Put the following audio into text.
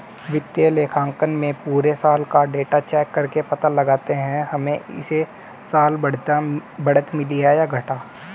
वित्तीय लेखांकन में पुरे साल का डाटा चेक करके पता लगाते है हमे इस साल बढ़त मिली है या घाटा